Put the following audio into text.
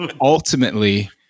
Ultimately